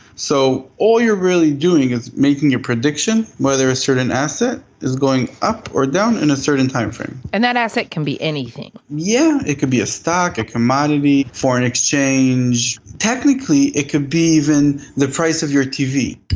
so all you're really doing is making your prediction whether a certain asset is going up or down in a certain time frame. and that asset can be anything. yeah, it could be a stock, a commodity, foreign exchange. technically, it can be even the price of your tv.